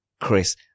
Chris